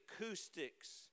acoustics